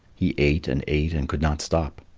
he ate and ate and could not stop.